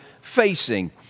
facing